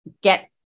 get